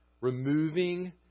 Removing